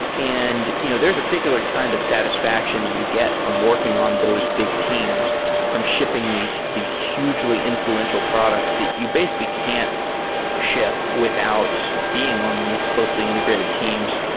and you know there's a particular kind of satisfaction that you get from working on those big teams from shipping these these hugely influential products that you basically can't ship without being on these closely integrated teams.